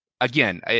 again